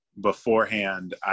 beforehand